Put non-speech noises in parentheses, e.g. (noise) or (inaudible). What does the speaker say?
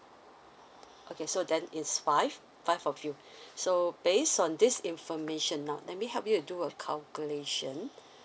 okay so then it's five five of you (breath) so based on this information now let me help you to do a calculation (breath)